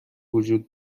وجود